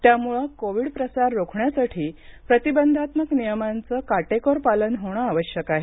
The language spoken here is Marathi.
त्याम्ळे कोविड प्रसार रोखण्यासाठी प्रतिबंधात्मक नियमांचं कोटेकोर पालन होणं आवश्यक आहे